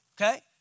Okay